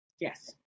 Yes